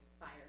Fire